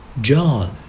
John